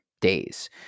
days